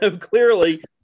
clearly